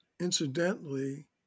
incidentally